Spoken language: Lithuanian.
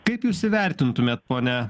kaip jūs įvertintumėt pone